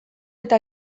eta